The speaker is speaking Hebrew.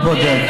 הוא בודק.